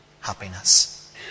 happiness